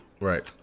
Right